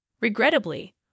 Regrettably